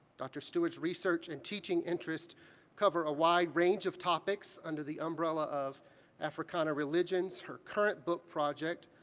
dr. stewart's research and teaching interest cover a wide range of topics under the umbrella of africana religions, her current book project,